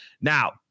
Now